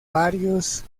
varios